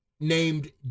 Named